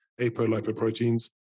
apolipoproteins